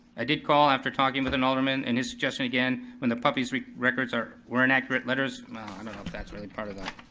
i did call after talking with an alderman, and his suggestion again, when the puppies' records were inaccurate, letters, oh, i don't know if that's really part of that,